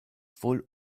wohl